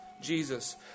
Jesus